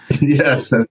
Yes